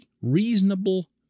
reasonable